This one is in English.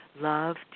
love